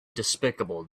despicable